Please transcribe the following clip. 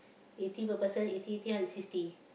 eighty per person eighty eighty hundred and sixty